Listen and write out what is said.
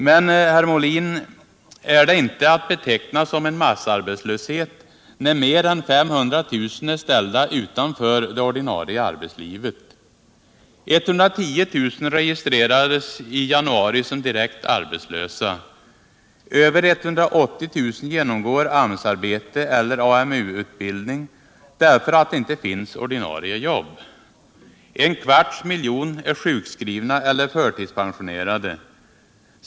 Men, Björn Molin, är det inte att beteckna som massarbetslöshet när mer än 500 000 är ställda utanför det ordinarie arbetslivet? I januari registrerades 110 000 som direkt arbetslösa, över 180 000 sysselsätts med AMS-arbete eller genomgår AMU-utbildning därför att det inte finns ordinarie jobb. En kvarts miljon människor är sjukskrivna eller förtidspensionerade.